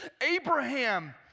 Abraham